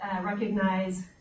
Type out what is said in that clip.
recognize